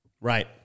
right